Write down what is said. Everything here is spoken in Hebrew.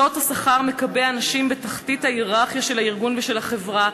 שוט השכר מקבע נשים בתחתית ההייררכיה של הארגון ושל החברה.